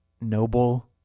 noble